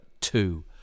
two